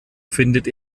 findet